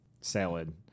salad